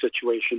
situation